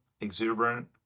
exuberant